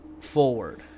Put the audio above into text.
forward